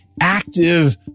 active